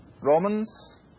Romans